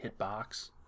Hitbox